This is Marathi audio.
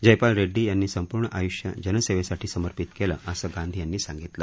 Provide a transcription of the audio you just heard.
जयपाल रेड्डी यांनी संपूर्ण आय्ष्य जनसेवेसाठी समर्पित केलं असं गांधी यांनी सांगितलं